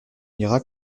ira